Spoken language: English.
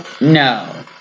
No